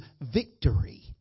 victory